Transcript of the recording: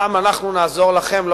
הפעם אנחנו נעזור לכם,